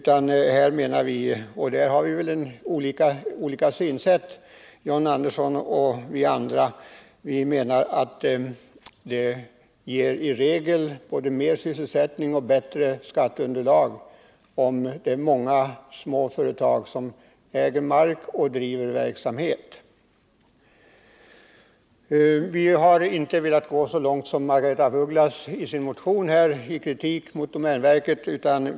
Vi menar — och därvidlag har väl John Andersson och vi andra olika synsätt — att man i regel får både mer sysselsättning och bättre skatteunderlag om det är många små företag som äger mark och driver verksamhet. Vi har inte velat gå så långt i kritik mot domänverket som Margaretha af Ugglas har gjort i sin motion.